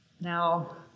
Now